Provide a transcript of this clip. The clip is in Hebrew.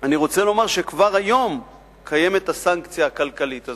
אני רוצה לומר שכבר היום קיימת הסנקציה הכלכלית הזאת,